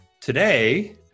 today